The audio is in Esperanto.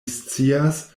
scias